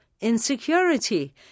insecurity